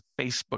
Facebook